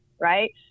right